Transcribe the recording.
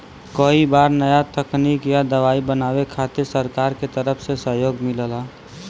कई बार नया तकनीक या दवाई बनावे खातिर सरकार के तरफ से सहयोग मिलला